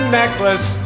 necklace